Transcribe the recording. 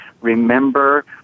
remember